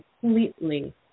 completely